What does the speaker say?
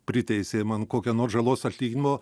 priteisė man kokio nors žalos atlyginimo